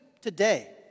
today